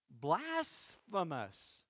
blasphemous